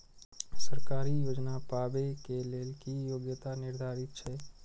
सरकारी योजना पाबे के लेल कि योग्यता निर्धारित छै?